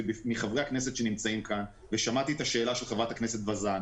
ומחברי הכנסת שנמצאים כאן ושמעתי את השאלה של חברת הכנסת וזאן